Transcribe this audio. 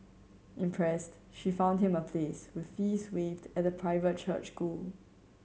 impressed she found him a place with fees waived at a private church school